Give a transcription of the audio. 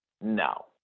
No